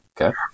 Okay